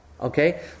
okay